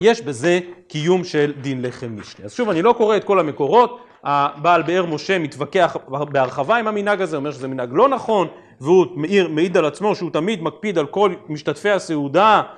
יש בזה קיום של דין לחם משני. אז שוב, אני לא קורא את כל המקורות, הבעל באר משה מתווכח בהרחבה עם המנהג הזה, אומר שזה מנהג לא נכון, והוא מעיד על עצמו שהוא תמיד מקפיד על כל משתתפי הסעודה.